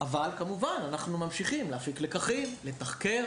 אבל כמובן שאנחנו ממשיכים להפיק לקחים, לתחקר